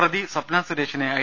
പ്രതി സ്വപ്ന സുരേഷിന് ഐ